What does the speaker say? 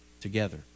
together